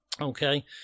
Okay